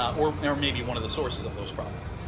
or or maybe one of the sources of those problems.